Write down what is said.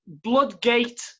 Bloodgate